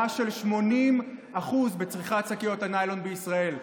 של 80% בצריכת שקיות הניילון בישראל.